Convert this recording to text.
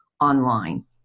online